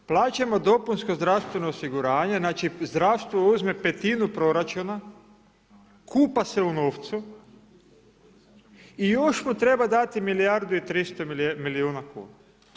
Plaćamo dopunsko zdravstveno osiguranje, znači zdravstvo uzme petinu proračuna, kupa se u novcu i još mu treba dati milijardu i 300 milijuna kuna.